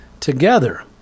together